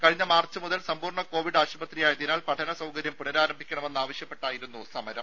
കഴിഞ്ഞ മാർച്ച് മുതൽ സമ്പൂർണ കോവിഡ് ആശുപത്രിയായതിനാൽ പഠന സൌകര്യം പുനരാരംഭിക്കണമെന്ന് ആവശ്യപ്പെട്ടായിരുന്നു സമരം